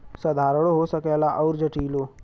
साधारणो हो सकेला अउर जटिलो